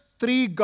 three